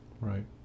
Right